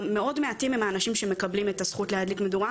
מאוד מעטים הם האנשים שמקבלים את הזכות להדליק מדורה,